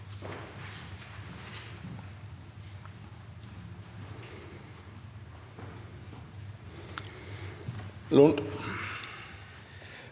Lund